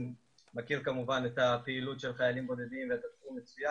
נקיים דיון נוסף בנושא הזה,